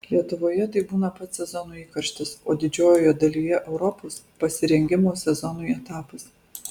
lietuvoje tai būna pats sezono įkarštis o didžiojoje dalyje europos pasirengimo sezonui etapas